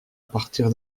partir